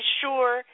sure